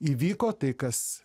įvyko tai kas